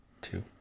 two